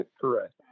Correct